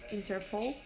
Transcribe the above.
Interpol